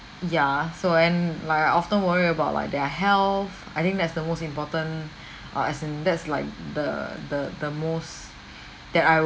ya so and like I often worry about like their health I think that's the most important uh as in that's like the the the most that I